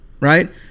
right